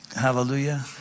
Hallelujah